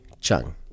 Chung